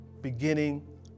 beginning